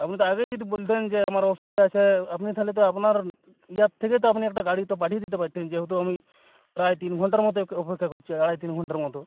আপনি তো আগেই যদি বলতেন যে আমার অসুবিধা আছে আপনি তাহলে তো আপনার ইয়ের থেকে তো আপনি একটা গাড়ি তো পাঠিয়ে দিতে পারতেন যেহেতু আমি প্রায় তিন ঘণ্টার মতো অপেক্ষা করছি আড়াই তিন ঘণ্টার মতো